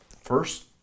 first